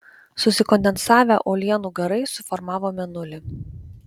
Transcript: susikondensavę uolienų garai suformavo mėnulį